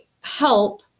help